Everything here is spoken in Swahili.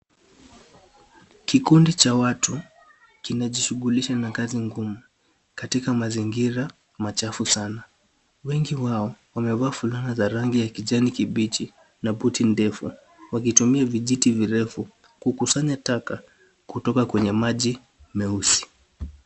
Kikundi cha watu kinajishughulisha na kazi ngumu katika mazingira machafu sana. Wengi wao wamevaa fulana za rangi ya kijani kibichi na puti ndefu, wakitumia vijiti virefu kukusanya taka kutoka kwenye maji meusi.